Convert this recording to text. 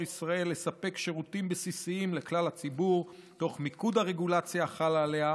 ישראל לספק שירותים בסיסיים לכלל הציבור תוך מיקוד הרגולציה החלה עליה,